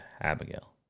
Abigail